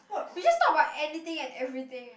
we just talk about anything and everything